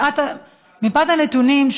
מפאת הנתונים,